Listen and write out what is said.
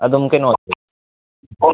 ꯑꯗꯨꯝ